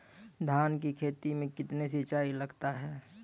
धान की खेती मे कितने सिंचाई लगता है?